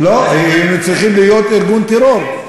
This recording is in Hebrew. לא, היינו צריכים להיות ארגון טרור.